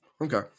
Okay